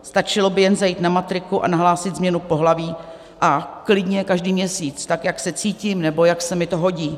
Stačilo by jen zajít na matriku a nahlásit změnu pohlaví a klidně každý měsíc, tak jak se cítím nebo jak se mi to hodí.